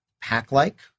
pack-like